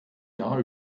jahr